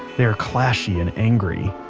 they are clashy and angry.